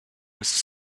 was